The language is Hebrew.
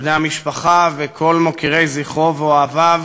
בני המשפחה וכל מוקירי זכרו ואוהביו